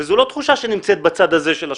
וזו לא תחושה שנמצאת בצד הזה של השולחן,